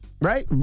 Right